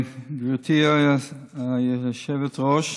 גברתי היושבת-ראש,